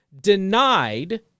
denied